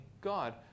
God